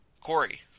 Corey